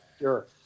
Sure